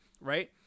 right